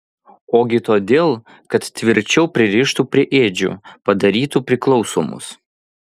ogi todėl kad tvirčiau pririštų prie ėdžių padarytų priklausomus